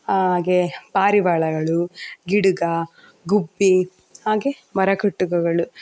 ಹಾಗೆ ಪಾರಿವಾಳಗಳು ಗಿಡುಗ ಗುಬ್ಬಿ ಹಾಗೆ ಮರಕುಟುಕಗಳು